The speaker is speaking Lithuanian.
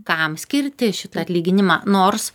kam skirti šitą atlyginimą nors